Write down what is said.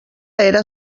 era